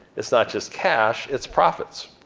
it's not just cash, it's profits.